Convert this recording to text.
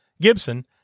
Gibson